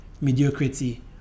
mediocrity